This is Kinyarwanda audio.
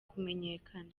kumenyekana